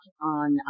on